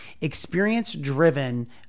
experience-driven